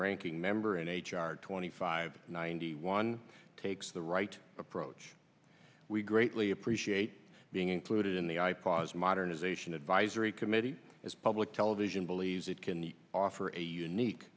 ranking member in h r twenty five ninety one takes the right approach we greatly appreciate being included in the i pause modernization advisory committee as public television believes it can the offer a unique